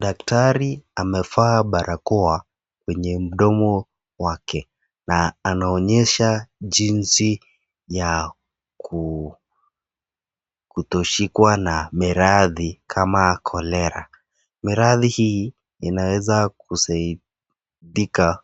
Daktari amevaa barakoa kwenye mdomo wake na anaonyesha jinsi ya kutoshikwa na miraadhi kama kolera. Miraadhi hii inaweza kusaidika